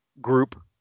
group